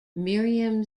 miriam